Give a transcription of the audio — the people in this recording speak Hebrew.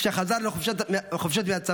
כשחזר לחופשות מהצבא,